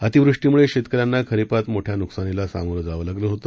अतिवृष्टीमुळे शेतकऱ्यांना खरिपात मोठ्या नुकसानीला सामोरे जावे लागले होते